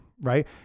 right